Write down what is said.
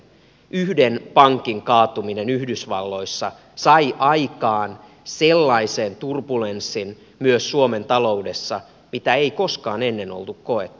yhden pankin kaatuminen yhdysvalloissa sai aikaan sellaisen turbulenssin myös suomen taloudessa mitä ei koskaan ennen ollut koettu